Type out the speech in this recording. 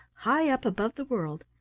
high up above the world,